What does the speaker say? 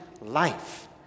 life